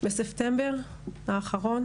בספטמבר האחרון